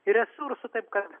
ir resursų taip kad